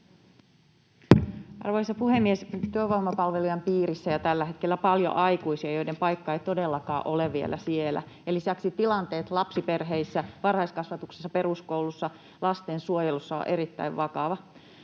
Arvoisa puhemies! Työvoimapalvelujen piirissä on tällä hetkellä paljon aikuisia, joiden paikka ei todellakaan ole vielä siellä. Lisäksi tilanne lapsiperheissä, varhaiskasvatuksessa, peruskoulussa ja lastensuojelussa on erittäin vakava.